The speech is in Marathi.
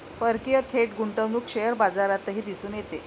परकीय थेट गुंतवणूक शेअर बाजारातही दिसून येते